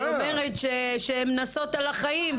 היא אומרת שהן נסות על החיים.